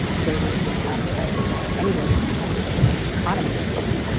they would see advertising loss anyway just because of the way the economy is going.